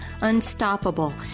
Unstoppable